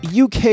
UK